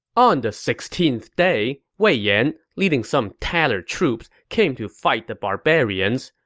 on the sixteenth day, wei yan, leading some tattered troops, came to fight the barbarians.